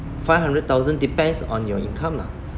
five hundred thousand depends on your income lah